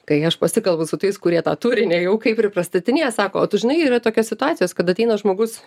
kai aš pasikalbu su tais kurie tą turinį jau kaip ir pristatinėja sakoo tu žinai yra tokia situacijos kad ateina žmogus